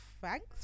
thanks